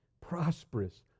prosperous